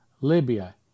Libya